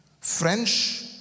French